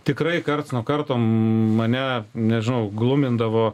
tikrai karts nuo karto mane nežinau glumindavo